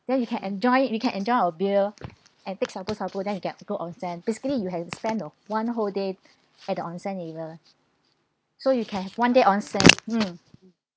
then you can enjoy it you can enjoy a beer and take shabu shabu then you can go onsen basically you have to spend your one whole day at the onsen area so you can have one day onsen mm